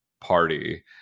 party